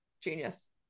genius